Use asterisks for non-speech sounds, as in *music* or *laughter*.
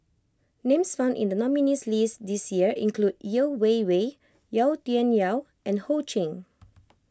names found in the nominees list this year include Yeo Wei Wei Yau Tian Yau and Ho Ching *noise*